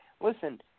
Listen